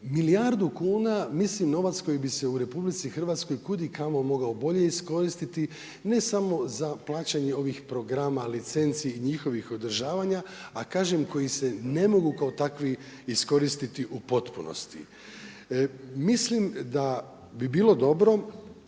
Milijardu kuna mislim novac koji bi se u RH kud i kamo mogao bolje iskoristiti, ne samo za plaćanje ovih programa, licenci i njihovih održavanja, a kažem koji se ne mogu kao takvi iskoristiti u potpunosti. Mislim da bi bilo dobro